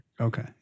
okay